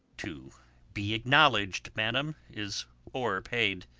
to be acknowledg'd, madam, is o'erpaid.